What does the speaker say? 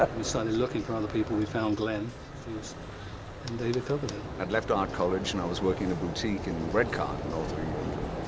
ah we started looking for other people, we found glenn hughes and david coverdale. i'd left art college, and i was working in a boutique in redcar in the north of england.